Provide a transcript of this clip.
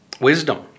Wisdom